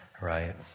right